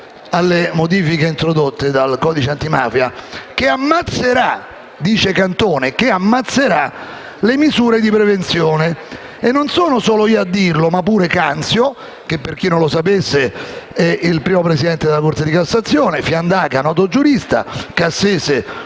a quella introdotta dal codice antimafia - «che ammazzerà le misure di prevenzione. Non sono solo io a dirlo ma pure Canzio» (che, per chi non lo sapesse, è il primo Presidente della Corte di cassazione), «Fiandaca» (noto giurista), «Cassese»